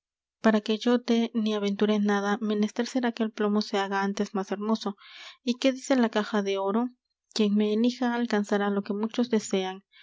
para que yo dé ni aventure nada menester será que el plomo se haga antes más hermoso y qué dice la caja de oro quien me elija alcanzará lo que muchos desean